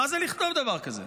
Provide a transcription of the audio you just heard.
מה זה לכתוב דבר כזה?